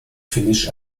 finnisch